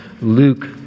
Luke